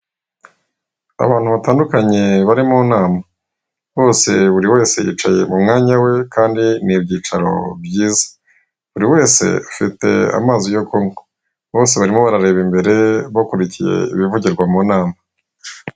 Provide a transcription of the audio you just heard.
Abantu batandukanye bari mu nama bose buri wese yicaye mu mwanya we kandi ni ibyicaro byiza buri wese afite amazi yo kunywa bose barimo barareba imbere bakurikiye ibivugirwa mu nama.